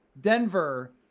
Denver